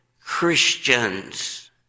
Christians